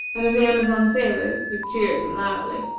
and of the amazon sailors, who cheered them loudly,